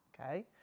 Okay